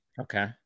Okay